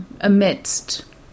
amidst